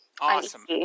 awesome